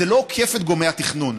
זה לא עוקף את גורמי התכנון.